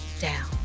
down